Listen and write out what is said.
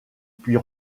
puis